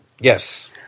Yes